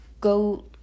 go